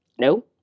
No